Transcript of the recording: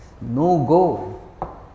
no-go